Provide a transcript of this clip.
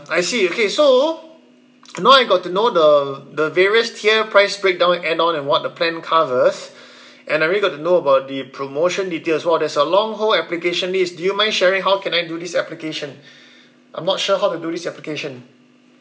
I see okay so now I got to know the the various tier price breakdown add on what the plan covers and I already got to know about the promotion details !wah! there's a long whole application list do you mind sharing how can I do this application I'm not sure how to do this application